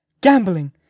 gambling